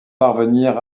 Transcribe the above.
parvenir